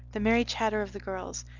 the merry chatter of the girls,